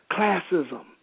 classism